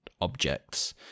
objects